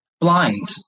blind